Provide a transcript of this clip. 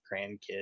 grandkids